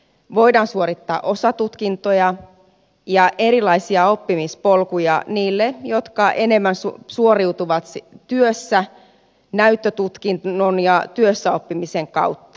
voidaan suorittaa osatutkintoja ja on erilaisia oppimispolkuja niille jotka ennemmin suoriutuvat työssä näyttötutkinnon ja työssäoppimisen kautta